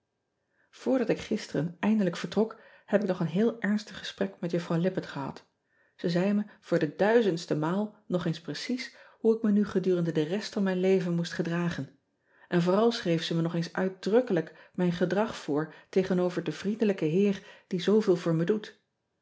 oordat ik gisteren eindelijk vertrok heb ik nog een heel ernstig gesprek met uffrouw ippett gehad e zei me voor de duizendste maal nog eens precies hoe ik me nu gedurende de rest van mijn leven moest gedragen en vooral schreef ze me nog eens uitdrukkelijk mijn gedrag voor tegenover den vriendelijken heer die zooveel voor me doet